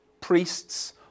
priests